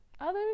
others